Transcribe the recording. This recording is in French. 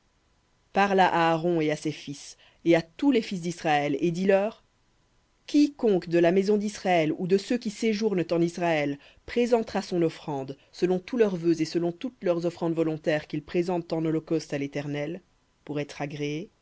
parle à aaron et à ses fils et à tous les fils d'israël et dis-leur quiconque de la maison d'israël ou de ceux qui séjournent en israël présentera son offrande selon tous leurs vœux et selon toutes leurs offrandes volontaires qu'ils présentent en holocauste à léternel pour être agréé